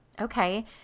Okay